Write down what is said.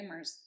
gamers